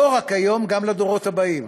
לא רק היום, גם לדורות הבאים,